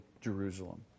Jerusalem